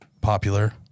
popular